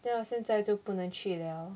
then 我现在就不能去了